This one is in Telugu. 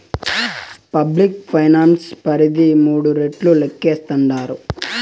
పబ్లిక్ ఫైనాన్స్ పరిధి మూడు రెట్లు లేక్కేస్తాండారు